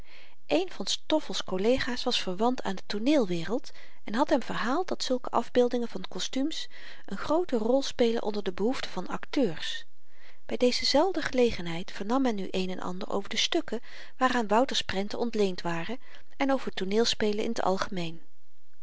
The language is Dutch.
een van stoffels kollegaas was verwant aan de tooneelwereld en had hem verhaald dat zulke afbeeldingen van kostumes n groote rol spelen onder de behoeften van akteurs by deze zelfde gelegenheid vernam men nu een en ander over de stukken waaraan wouters prenten ontleend waren en over tooneelspelen in t algemeen